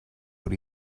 what